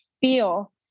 feel